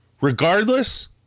Regardless